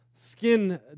Skin